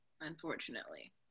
unfortunately